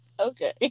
Okay